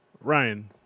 Ryan